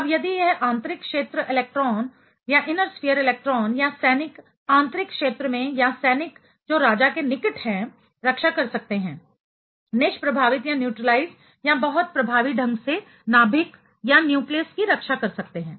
अब यदि यह आंतरिक क्षेत्र इलेक्ट्रॉन या सैनिक आंतरिक क्षेत्र में या सैनिक जो राजा के निकट हैं रक्षा कर सकते हैं निष्प्रभावित न्यूट्रलाइज या बहुत प्रभावी ढंग से नाभिक न्यूक्लियस की रक्षा कर सकते हैं